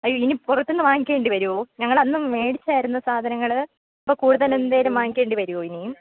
അയ്യോ ഇനി പുറത്തുനിന്ന് വാങ്ങിക്കേണ്ടി വരുമോ ഞങ്ങൾ അന്ന് മേടിച്ചിരുന്നു സാധനങ്ങൾ അപ്പോൾ കൂടുതൽ എന്തെങ്കിലും വാങ്ങിക്കേണ്ടി വരുമോ ഇനിയും